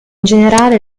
generale